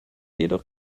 jedoch